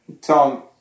Tom